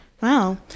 Wow